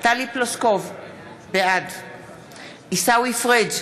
טלי פלוסקוב, בעד עיסאווי פריג'